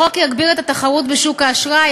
החוק יגביר את התחרות בשוק האשראי,